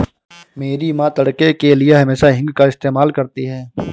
मेरी मां तड़के के लिए हमेशा हींग का इस्तेमाल करती हैं